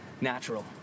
natural